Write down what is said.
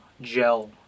gel